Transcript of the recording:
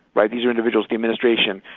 right, these are individuals the administration,